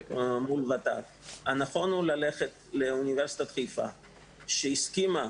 הנכון הוא ללכת לאוניברסיטת חיפה שהסכימה,